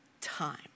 time